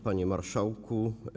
Panie Marszałku!